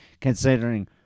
considering